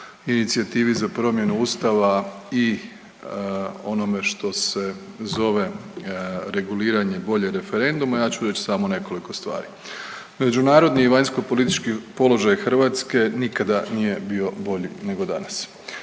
inicijativi za promjenu ustava i onome što se zove reguliranje volje referenduma, ja ću reć samo nekoliko stvari. Međunarodni i vanjskopolitički položaj Hrvatske nikada nije bio bolji nego danas.